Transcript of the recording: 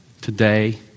today